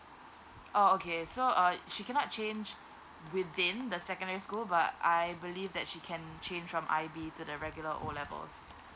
oh okay so uh she cannot change within the secondary school but I believe that she can change from I_B the regular O levels